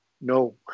no